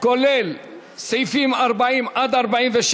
כולל סעיפים 40 47,